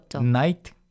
Night